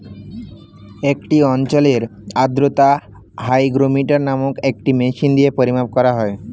একটি অঞ্চলের আর্দ্রতা হাইগ্রোমিটার নামক একটি মেশিন দিয়ে পরিমাপ করা হয়